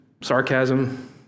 sarcasm